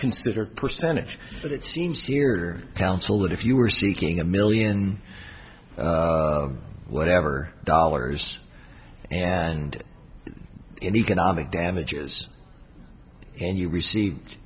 consider percentage but it seems here counsel that if you were seeking a million whatever dollars and in economic damages and you received